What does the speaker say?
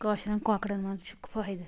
کٲشریٚن کۄکرَن منٛز چھُکھ فٲیدٕ